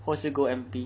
who ask you go N_P